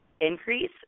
increase